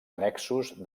annexos